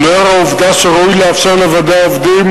ולאור העובדה שראוי לאפשר לוועדי העובדים